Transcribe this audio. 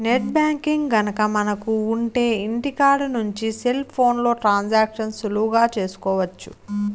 net banking గనక మనకు ఉంటె ఇంటికాడ నుంచి సెల్ ఫోన్లో ట్రాన్సాక్షన్స్ సులువుగా చేసుకోవచ్చు